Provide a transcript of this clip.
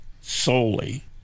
solely